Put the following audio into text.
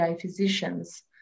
physicians